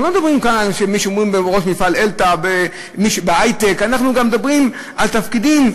אנחנו לא מדברים כאן על ראש מפעל "אלתא"; אנחנו כאן מדברים על תפקידים,